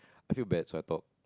I feel bad so I talk